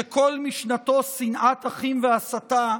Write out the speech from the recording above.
שכל משנתו שנאת אחים והסתה: